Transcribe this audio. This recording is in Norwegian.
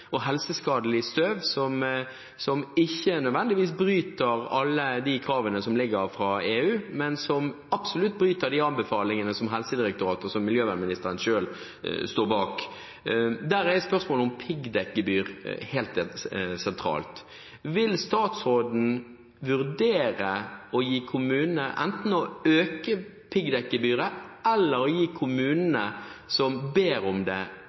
som ikke nødvendigvis bryter med alle de krav som ligger fra EU, men som absolutt bryter med de anbefalingene som Helsedirektoratet og som miljøvernministeren selv står bak. Der er spørsmålet om piggdekkgebyr helt sentralt. Vil statsråden vurdere enten å øke piggdekkgebyret eller å gi kommunene som ber om det,